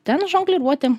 ten žongliruoti